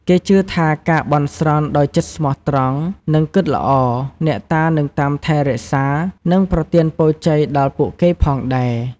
គេជឿថាការបន់ស្រន់ដោយចិត្តស្មោះត្រង់ និងគិតល្អ អ្នកតានឹងតាមថែរក្សា និងប្រទានពរជ័យដល់ពួកគេផងដែរ។